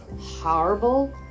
horrible